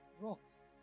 rocks